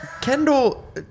Kendall